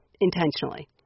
intentionally